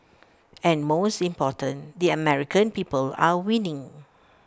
and most important the American people are winning